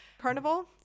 carnival